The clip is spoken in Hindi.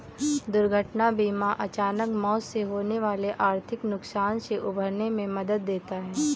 दुर्घटना बीमा अचानक मौत से होने वाले आर्थिक नुकसान से उबरने में मदद देता है